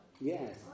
yes